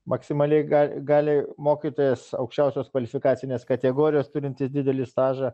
maksimaliai gali mokytojas aukščiausios kvalifikacinės kategorijos turintis didelį stažą